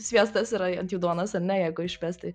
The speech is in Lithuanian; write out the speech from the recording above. sviestas yra ant jų duonos ar ne jeigu išversti